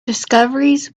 discoveries